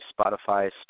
Spotify